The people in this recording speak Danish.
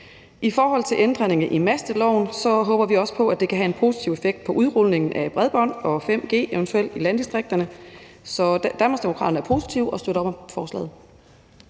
I forhold til ændringerne i masteloven håber vi også på, at det kan have en positiv effekt på udrulningen af bredbånd og eventuelt 5G i landdistrikterne, så Danmarksdemokraterne er positive og støtter op om forslaget.